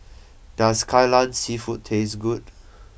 does Kai Lan seafood taste good